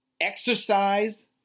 exercise